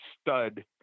stud